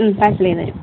ഉം പാഴ്സൽ ചെയ്തുതരും